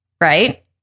right